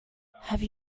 have